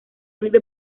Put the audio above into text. vive